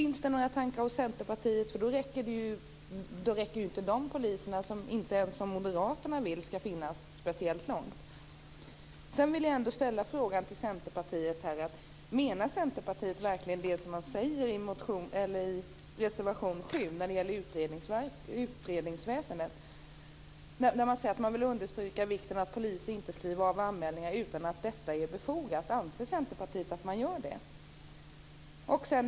Finns det några tankar hos Centerpartiet om detta? Här räcker ju inte ens de poliser som Moderaterna vill ska finnas speciellt långt. Sedan vill jag ställa en annan fråga till Centerpartiet. Menar Centerpartiet verkligen det som man säger i reservation 7 om utredningsväsendet? Man säger att man vill understryka vikten av att poliser inte skriver av anmälningar utan att detta är befogat. Anser Centerpartiet att man gör det?